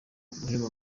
guheba